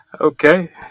Okay